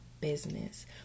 business